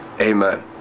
Amen